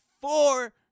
four